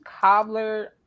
cobbler